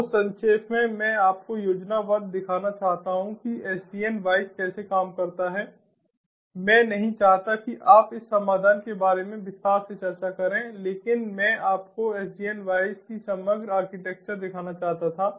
बहुत संक्षेप में मैं आपको योजनाबद्ध दिखाना चाहता हूं कि SDN WISE कैसे काम करता है मैं नहीं चाहता कि आप इस समाधान के बारे में विस्तार से चर्चा करें लेकिन मैं आपको SDN WISE की समग्र आर्किटेक्चर दिखाना चाहता था